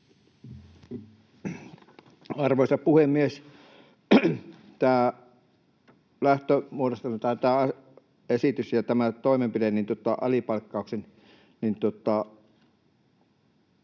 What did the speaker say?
Arvoisa puhemies! Tämä esitys ja toimenpide alipalkkauksen